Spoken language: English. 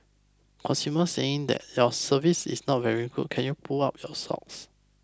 consumers are saying that your service is not very good can you pull up your socks